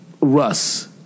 Russ